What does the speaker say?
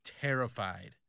terrified